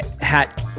hat